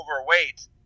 overweight